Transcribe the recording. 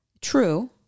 True